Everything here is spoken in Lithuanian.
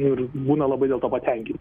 ir būna labai dėl to patenkin